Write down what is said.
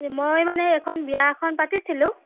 মই মানে এখন বিয়া এখন পাতিছিলো